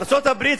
ארצות-הברית,